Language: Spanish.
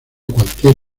cualquier